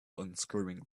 unscrewing